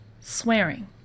swearing